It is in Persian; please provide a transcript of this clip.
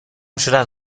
شدن